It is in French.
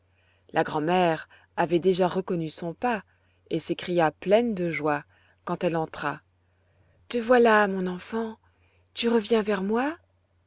la grand'mère avait déjà reconnu son pas et s'écria pleine de joie quand elle entra te voilà mon enfant tu reviens vers moi